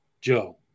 joe